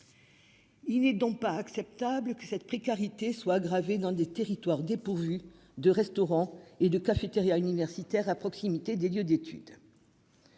Il n'est donc pas acceptable que cette précarité soit gravée dans des territoires dépourvus de restaurants et de cafétérias universitaires à proximité des lieux d'études.